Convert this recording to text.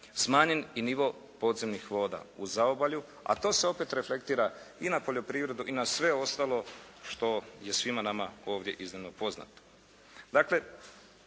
smanjen i nivo podzemnih voda u zaobalju. A to se opet reflektira i na poljoprivredu i na sve ostalo što je svima nama iznimno poznato. Dakle,